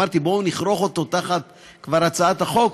ואמרתי: בואו נכרוך אותו כבר תחת הצעת החוק,